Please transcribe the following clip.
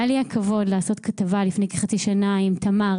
היה לי הכבוד לעשות כתבה לפני כחצי שנה עם תמר,